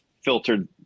filtered